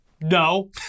No